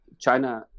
China